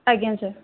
ଆଜ୍ଞା ସାର୍